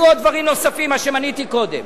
היו עוד דברים נוספים, מה שמניתי קודם,